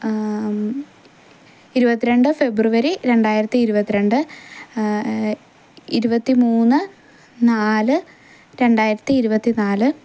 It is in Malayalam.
ഇരുപത്തിരണ്ട് ഫെബ്രുവരി രണ്ടായിരത്തി ഇരുപത്തിരണ്ട് ഇരുപത്തിമൂന്ന് നാല് രണ്ടായിരത്തി ഇരുപത്തിനാല്